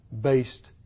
based